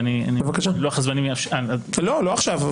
ואם לוח-הזמנים יאפשר --- לא עכשיו.